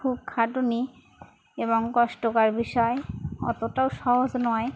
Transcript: খাটুনি এবং কষ্টকর বিষয় অতটাও সহজ নয়